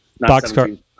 boxcar